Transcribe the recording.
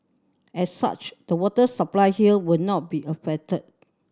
as such the water supply here will not be affected